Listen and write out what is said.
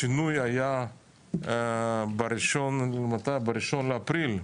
השינוי היה ב-1 באפריל.